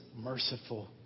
merciful